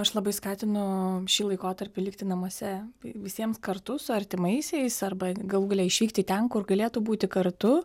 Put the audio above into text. aš labai skatinu šį laikotarpį likti namuose visiems kartu su artimaisiais arba galų gale išvykti ten kur galėtų būti kartu